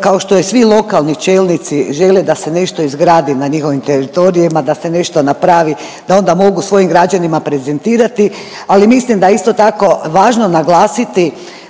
kao što i svi lokalni čelnici žele da se nešto izgradi na njihovim teritorijima, da se nešto napravi da onda mogu svojim građanima prezentirati, ali mislim da je isto tako važno naglasiti